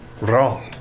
wrong